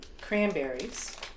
Cranberries